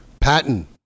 Patton